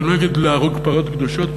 אני לא אגיד להרוג פרות קדושות,